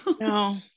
No